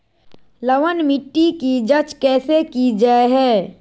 लवन मिट्टी की जच कैसे की जय है?